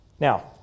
Now